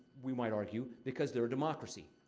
we might argue, because they're a democracy.